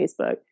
Facebook